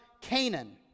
Canaan